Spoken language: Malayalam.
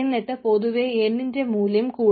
എന്നിട്ട് പതുക്കെ n ൻറെ മൂല്യം കൂടും